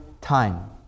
time